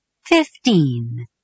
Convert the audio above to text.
Fifteen